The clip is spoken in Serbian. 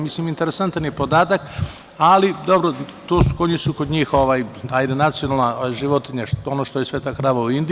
Mislim, interesantan je podatak, ali dobro, konji su kod njih nacionalna životinja, ono što je sveta krava u Indiji.